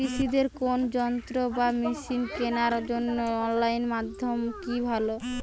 কৃষিদের কোন যন্ত্র বা মেশিন কেনার জন্য অনলাইন মাধ্যম কি ভালো?